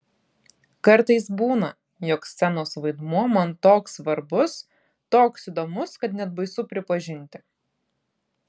kartais būna jog scenos vaidmuo man toks svarbus toks įdomus kad net baisu pripažinti